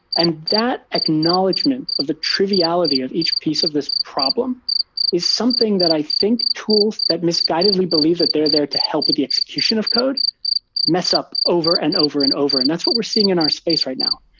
and that acknowledgment of the triviality of each piece of this problem is something that i think tools that misguided belief that they're there to help with the execution of code mess up over and over and over, and that's what we're seeing in our space right now.